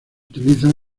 utilizan